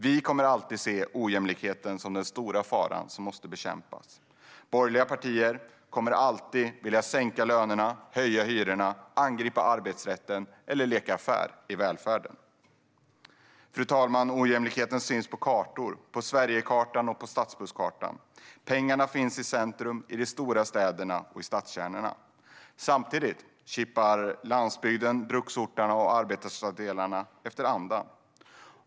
Vi kommer alltid att se ojämlikheten som den stora fara som måste bekämpas. De borgerliga partierna kommer alltid att vilja sänka lönerna, höja hyrorna, angripa arbetsrätten eller leka affär i välfärden. Fru talman! Ojämlikheten syns på kartor - på Sverigekartan och på stadsbusskartan. Pengarna finns i centrum, i de stora städerna och i stadskärnorna. Samtidigt kippar landsbygden, bruksorterna och arbetarstadsdelarna efter andan.